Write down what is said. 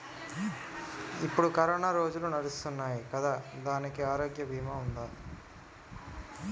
ఇప్పుడు కరోనా రోజులు నడుస్తున్నాయి కదా, దానికి ఆరోగ్య బీమా ఉందా?